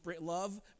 love